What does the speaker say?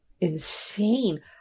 insane